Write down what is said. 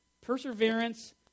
perseverance